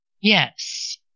Yes